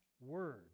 word